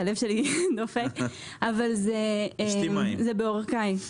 הלב שלי דופק אבל זה בעורקיי.